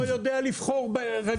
הוא לא יודע לבחור רגיל,